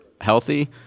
healthy